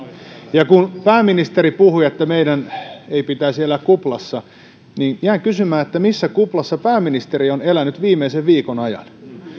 ja kun pääministeri puhui että meidän ei pitäisi elää kuplassa niin jään kysymään missä kuplassa pääministeri on elänyt viimeisen viikon ajan